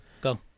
Go